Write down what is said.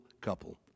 couple